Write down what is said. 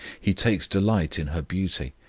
he takes delight in her beauty,